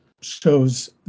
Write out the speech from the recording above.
shows